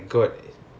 ya